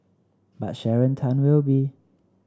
but Sharon Tan will be